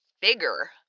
bigger